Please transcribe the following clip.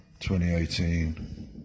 2018